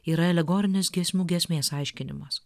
yra alegorinis giesmių giesmės aiškinimas